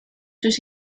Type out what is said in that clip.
sus